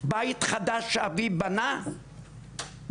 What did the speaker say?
בית חדש אבי בנה ב-47,